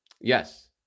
Yes